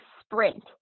sprint